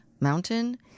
Mountain